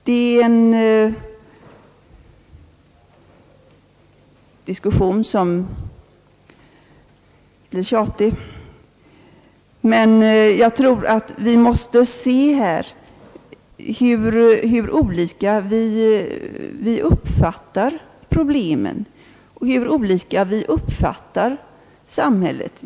Detta är en diskussion som är tjatig, men jag tror att vi måste inse hur olika vi uppfattar problemen och hur olika vi uppfattar samhället.